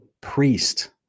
priest